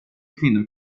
kvinnor